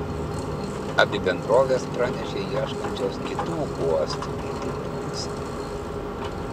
abi bendrovės pranešė ieškančios kitų uostų vietoj tuniso